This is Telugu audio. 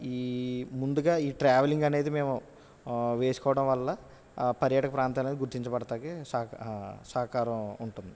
ఈ ముందుగా ఈ ట్రావెలింగ్ అనేది మేము వేసుకోవడం వల్ల పర్యాటక ప్రాంతాలను గుర్తించబడటానికి సహకా సహకారం ఉంటుంది